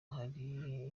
hari